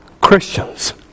Christians